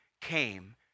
came